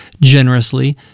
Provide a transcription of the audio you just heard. generously